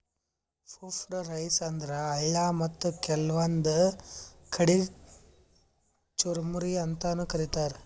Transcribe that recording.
puffed rice ಅಂದ್ರ ಅಳ್ಳ ಮತ್ತ್ ಕೆಲ್ವನ್ದ್ ಕಡಿ ಚುರಮುರಿ ಅಂತಾನೂ ಕರಿತಾರ್